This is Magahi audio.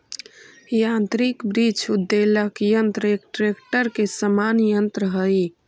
यान्त्रिक वृक्ष उद्वेलक यन्त्र एक ट्रेक्टर के समान यन्त्र हई